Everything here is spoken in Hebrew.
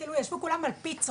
כאילו ישבו כולם על פיצות,